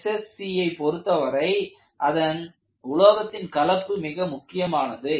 SCC ஐ பொருத்தவரை அதன் உலோகத்தின் கலப்பு மிக முக்கியமானது